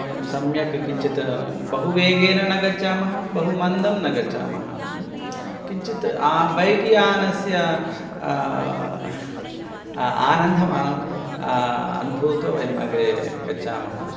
वयं सम्यक् किञ्चित् बहुवेगेन न गच्छामः बहुमन्दं न गच्छामः किञ्चित् आ बैक् यानस्य आनन्दम् अनु अनुभूत्वा वयमग्रे गच्छामः